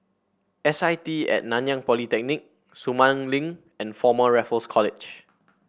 S I T At Nanyang Polytechnic Sumang Link and Former Raffles College